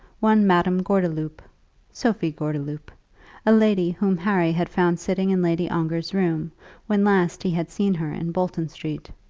one madame gordeloup sophie gordeloup a lady whom harry had found sitting in lady ongar's room when last he had seen her in bolton street.